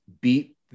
beat